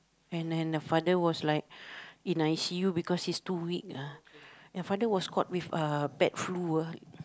and then the father was like in I_C_U because he's too weak ah and father was caught with uh bad flu ah